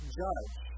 judge